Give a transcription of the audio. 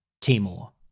Timor